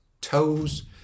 toes